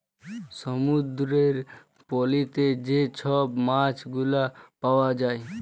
সমুদ্দুরের পলিতে যে ছব মাছগুলা পাউয়া যায়